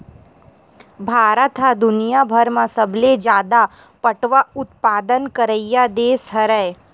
भारत ह दुनियाभर म सबले जादा पटवा उत्पादन करइया देस हरय